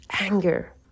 anger